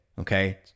okay